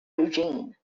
regime